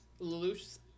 Lelouch